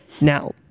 Now